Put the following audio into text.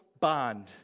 bond